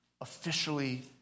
officially